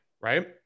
right